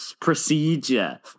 procedure